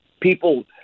people